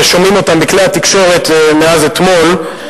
ושומעים אותם בכלי התקשורת מאז אתמול,